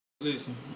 Listen